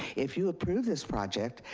if you approve this project,